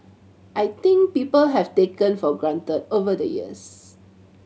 I think people have taken for granted over the years